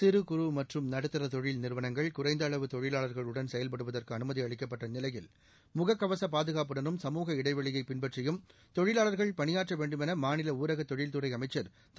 சிறு குறு மற்றும் நடுத்தர தொழில் நிறுவனங்கள் குறைந்த அளவு தொழிலாளங்களுடன் செயல்படுவதற்கு அனுமதி அளிக்கப்பட்ட நிலையில் முகக்கவச பாதுகாப்புடனும் சமூக இடைவெளியை பின்பற்றியும் தொழிலாளர்கள் பணியாற்ற வேண்டுமென மாநில ஊரக தொழில்துறை அமைச்ச் திரு